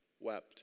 wept